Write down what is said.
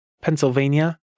Pennsylvania